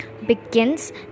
begins